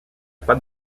pas